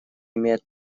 имеет